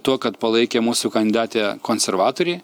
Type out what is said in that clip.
tuo kad palaikė mūsų kandidatę konservatoriai